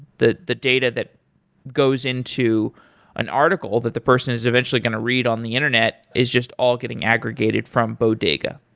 the the data that goes into an article that the person is eventually going to read on the internet is just all getting aggregated from bodega?